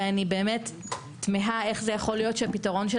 ואני באמת תמהה איך זה יכול להיות שהפתרון של